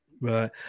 Right